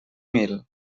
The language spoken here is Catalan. mil